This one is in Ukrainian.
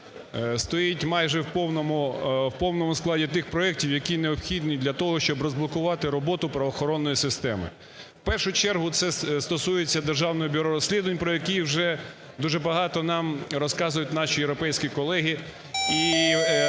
повному, в повному складі тих проектів, які необхідні для того, щоб розблокувати роботу правоохоронної системи. В першу чергу це стосується Державного бюро розслідувань, про яке вже дуже багато нам розказують наші європейські колеги.